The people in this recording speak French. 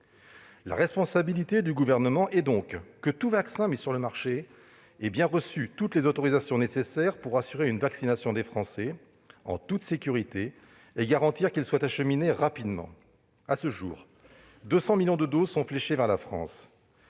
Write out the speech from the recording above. La responsabilité du Gouvernement est que tout vaccin mis sur le marché ait bien reçu toutes les autorisations nécessaires pour assurer une vaccination des Français en toute sécurité et garantir que lesdits vaccins soient acheminés rapidement. À ce jour, 200 millions de doses sont fléchées vers la France.